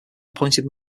appointed